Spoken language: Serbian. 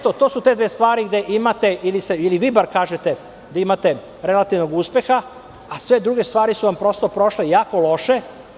To su te dve stvari gde vi kažete da imate relativnog uspeha, a sve druge stvari su vam prošle jako loše.